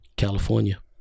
california